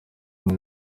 umwe